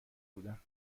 بودم